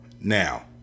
Now